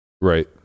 Right